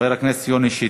חבר הכנסת יוני שטבון.